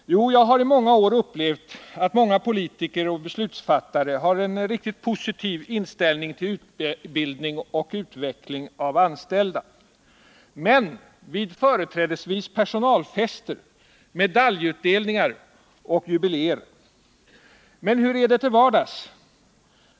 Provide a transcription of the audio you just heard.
Jo, jag har i många år upplevt att många politiker och beslutsfattare har en positiv inställning till utbildning och utveckling av anställda — dock företrädesvis vid personalfester, medaljutdelningar och jubiléer. Men hur är det ti!l vardags?